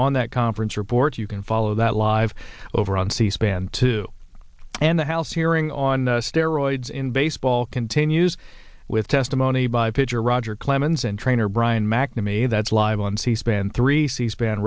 on that conference report you can follow that live over on c span too and the house hearing on steroids in baseball continues with testimony by pitcher roger clemens and trainer brian mcnamee that's live on c span three c span